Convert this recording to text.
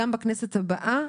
גם לכנסת הבאה,